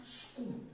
school